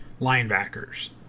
linebackers